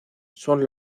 son